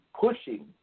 pushing